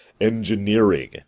engineering